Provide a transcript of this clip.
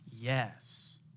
Yes